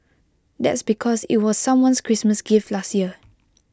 that's because IT was someone's Christmas gift last year